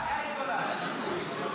יאיר גולן, יאיר גולן.